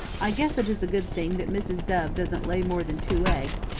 i guess it is a good thing that mrs. dove doesn't lay more than two eggs,